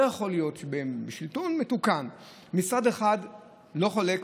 לא יכול להיות בשלטון מתוקן שמשרד אחד לא חולק,